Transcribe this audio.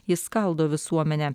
jis skaldo visuomenę